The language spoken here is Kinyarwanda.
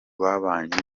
babanye